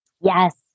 Yes